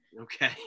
Okay